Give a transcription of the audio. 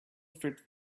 fit